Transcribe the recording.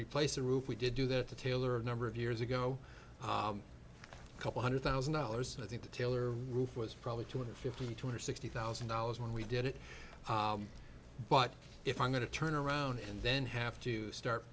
replace the roof we did do that to taylor a number of years ago a couple hundred thousand dollars and i think the taylor roof was probably two hundred fifty two hundred sixty thousand dollars when we did it but if i'm going to turn around and then have to start